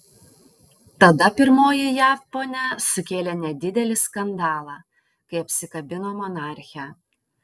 tada pirmoji jav ponia sukėlė nedidelį skandalą kai apsikabino monarchę